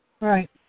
Right